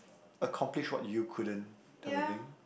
accomplish what you couldn't type of thing